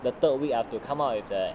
the third week I have to come up with a